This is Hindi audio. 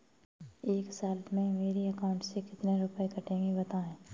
एक साल में मेरे अकाउंट से कितने रुपये कटेंगे बताएँ?